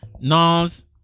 Nas